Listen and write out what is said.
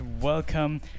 Welcome